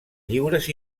lliures